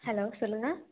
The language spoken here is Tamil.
ஹலோ சொல்லுங்க